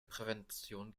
prävention